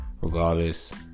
Regardless